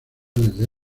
desde